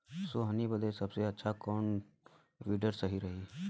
सोहनी बदे सबसे अच्छा कौन वीडर सही रही?